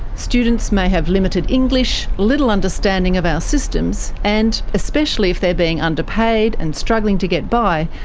students may have limited english, little understanding of our systems, and, especially if they're being underpaid and struggling to get by,